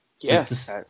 Yes